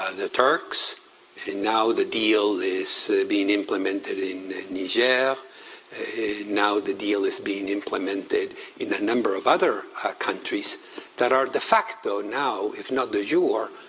and the turks, and now the deal is being implemented in niger. now the deal is being implemented in a number of other countries that are de facto now, if not de jure,